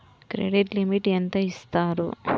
Credit limit ఎంత ఇస్తారు?